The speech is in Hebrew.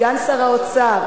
סגן שר האוצר,